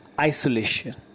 isolation